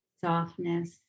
softness